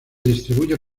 distribuye